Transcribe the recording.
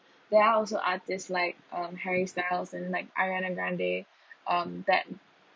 there are also artist like um harry styles and like ariana grande um that